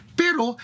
pero